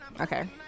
Okay